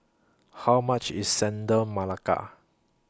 How much IS Chendol Melaka